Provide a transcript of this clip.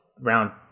round